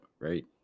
right